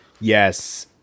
Yes